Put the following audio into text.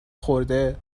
خورده